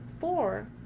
four